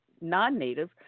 non-native